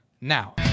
now